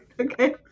Okay